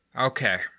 Okay